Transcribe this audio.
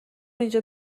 اینجا